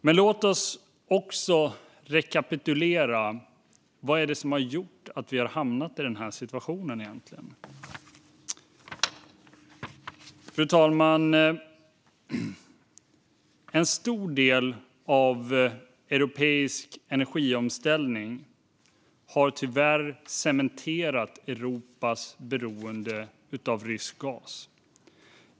Men låt oss rekapitulera vad det egentligen är som har gjort att vi har hamnat i den här situationen. Fru talman! En stor del av europeisk energiomställning har tyvärr cementerat Europas beroende av rysk gas.